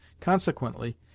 consequently